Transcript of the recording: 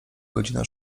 godzina